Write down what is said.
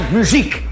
muziek